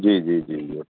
જી જી જી જી